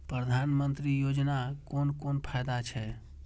प्रधानमंत्री योजना कोन कोन फायदा छै?